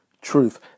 truth